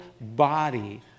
body